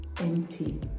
empty